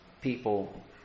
people